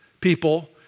people